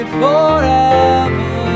forever